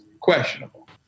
questionable